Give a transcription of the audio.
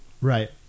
Right